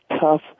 tough